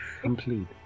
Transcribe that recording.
complete